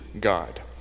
God